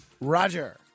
Roger